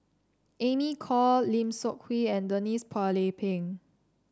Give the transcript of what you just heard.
Amy Khor Lim Seok Hui and Denise Phua Lay Peng